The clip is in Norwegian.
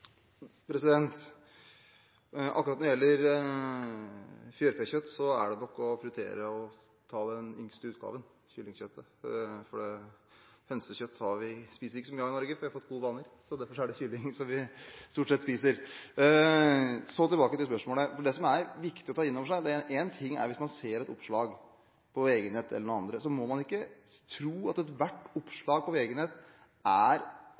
prioritere å ta den yngste utgaven, kyllingkjøttet, for hønsekjøtt spiser vi ikke så mye av i Norge. Vi har fått så gode vaner, så derfor er det kylling vi stort sett spiser. Tilbake til spørsmålet: Det som er viktig å ta inn over seg, er at hvis man ser et oppslag på VG Nett e.l., må man ikke tro at ethvert oppslag på VG Nett viser hvordan virkeligheten egentlig er.